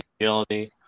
agility